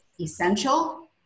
essential